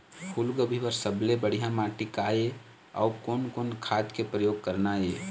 फूलगोभी बर सबले बढ़िया माटी का ये? अउ कोन कोन खाद के प्रयोग करना ये?